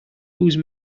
whose